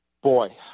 boy